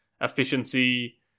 efficiency